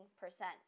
percent